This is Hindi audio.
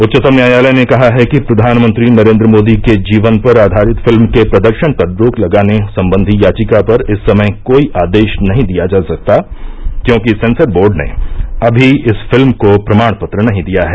उच्चतम न्यायालय ने कहा है कि प्रधानमंत्री नरेन्द्र मोदी के जीवन पर आधारित फिल्म के प्रदर्शन पर रोक लगाने संबंधी याचिका पर इस समय कोई आदेश नहीं दिया जा सकता क्योंकि सेंसर बोर्ड ने अभी इस फिल्म को प्रमाणपत्र नहीं दिया है